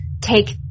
take